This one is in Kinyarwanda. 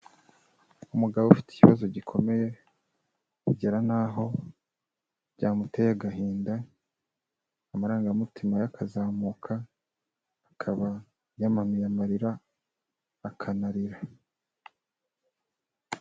Umugabo ufite ikibazo gikomeye kugera naho byamuteye agahinda amarangamutima ye akazamuka, akaba yamanuye amarira akanarira.